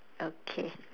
okay